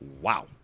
Wow